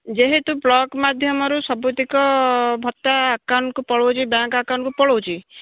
ଯେହେତୁ ବ୍ଲକ୍ ମାଧ୍ୟମରୁ ସବୁତକ ଭତ୍ତା ଆକାଉଣ୍ଟ୍କୁ ପଳାଉଛି ବ୍ୟାଙ୍କ୍ ଆକାଉଣ୍ଟ୍କୁ ପଳାଉଛି